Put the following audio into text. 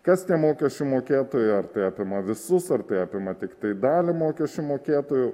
kas tie mokesčių mokėtojai ar tai apima visus ar tai apima tiktai dalį mokesčių mokėtojų